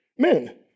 men